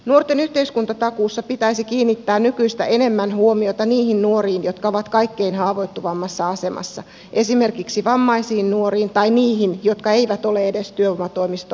nuorten yhteiskuntatakuussa pitäisi kiinnittää nykyistä enemmän huomiota niihin nuoriin jotka ovat kaikkein haavoittuvimmassa asemassa esimerkiksi vammaisiin nuoriin tai niihin jotka eivät ole edes työvoimatoimiston asiakkaina